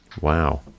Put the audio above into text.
Wow